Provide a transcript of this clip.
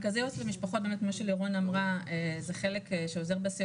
כמו שלירון אמרה זה חלק שעוזר ב,